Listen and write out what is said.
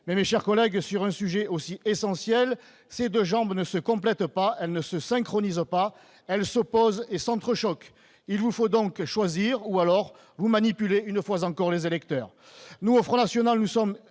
Mes chers collègues, sur un sujet aussi essentiel, ces deux jambes ne se complètent pas, ne se synchronisent pas : elles s'opposent et s'entrechoquent. Il vous faut donc choisir, à moins de manipuler, une fois encore, les électeurs.